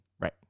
right